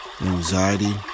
anxiety